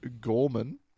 Gorman